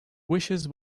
wishes